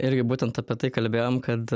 irgi būtent apie tai kalbėjom kad